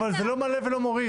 אבל זה לא מעלה ולא מוריד.